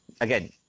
again